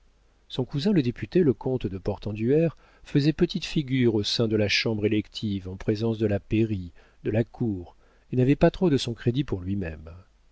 son cousin le député le comte de portenduère faisait petite figure au sein de la chambre élective en présence de la pairie de la cour et n'avait pas trop de son crédit pour lui-même